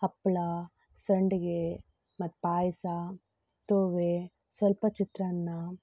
ಹಪ್ಪಳ ಸಂಡಿಗೆ ಮತ್ತು ಪಾಯಸ ತೋವೆ ಸ್ವಲ್ಪ ಚಿತ್ರಾನ್ನ